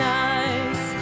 nice